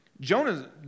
Jonah